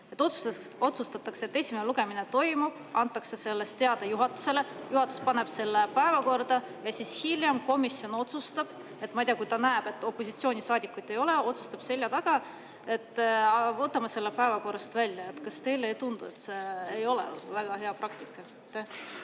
otsustatakse, et esimene lugemine toimub, antakse sellest teada juhatusele, juhatus paneb selle päevakorda, aga hiljem komisjon otsustab – ma ei tea, kui ta näeb, et opositsioonisaadikuid ei ole, otsustab seljataga –, et võtame selle päevakorrast välja. Kas teile ei tundu, et see ei ole väga hea praktika?